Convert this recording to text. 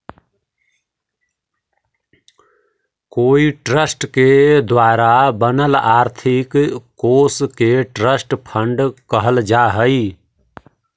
कोई ट्रस्ट के द्वारा बनल आर्थिक कोश के ट्रस्ट फंड कहल जा हई